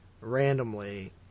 randomly